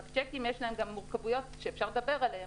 רק שלשיקים יש גם מורכבויות שאפשר לדבר עליהם,